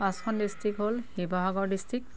পাঁচখন ডিষ্ট্ৰিক্ হ'ল শিৱসাগৰ ডিষ্ট্ৰিকট